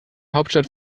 hauptstadt